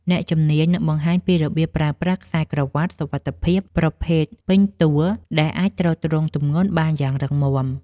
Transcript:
អ្នកជំនាញនឹងបង្ហាញពីរបៀបប្រើប្រាស់ខ្សែក្រវាត់សុវត្ថិភាពប្រភេទពេញតួ ដែលអាចទ្រទ្រង់ទម្ងន់បានយ៉ាងរឹងមាំ។